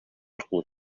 аркылуу